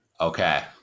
Okay